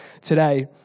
today